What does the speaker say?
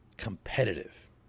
competitive